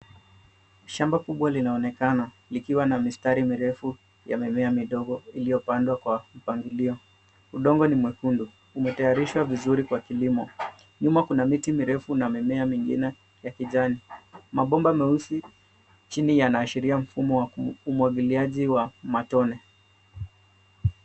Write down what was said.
Shamba kubwa linaonekana likiwa na mistari mirefu ya mimea midogo iliyopandwa kwa mpangilio. Udongo ni mwekundu, umetayarishwa vizuri kwa kilimo. Nyuma kuna miti mirefu na mimea mingine ya kijani. Mabomba meusi chini yanaashiria mfumo wa umwagiliaji wa matone.